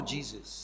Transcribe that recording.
Jesus